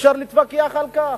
אפשר להתווכח על כך.